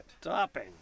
stopping